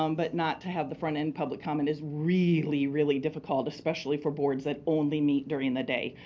um but not to have the front end public comment is really, really difficult, especially for boards that only meet during the day,